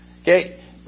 Okay